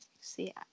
See